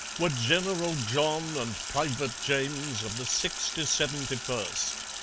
were general john and private james, of the sixty-seventy-first.